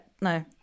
No